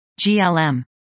GLM